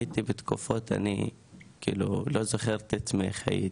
הייתי בתקופות אני כאילו לא זוכר את עצמי איך הייתי,